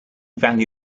value